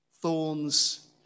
Thorns